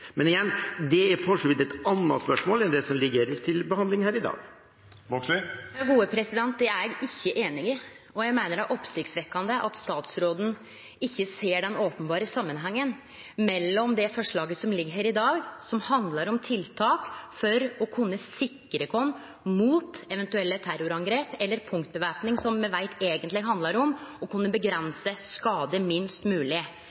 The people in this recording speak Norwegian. Men igjen: Det er for så vidt et annet spørsmål enn det som ligger til behandling her i dag. Det er eg ikkje einig i, og eg meiner det er oppsiktsvekkjande at statsråden ikkje ser den openberre samanhengen med det forslaget som ligg her i dag, som handlar om tiltak for å kunne sikre oss mot eventuelle terrorangrep, eller punktvæpning, som me veit eigentleg handlar om å kunne